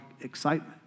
excitement